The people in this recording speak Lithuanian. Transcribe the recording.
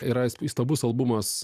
yra įstabus albumas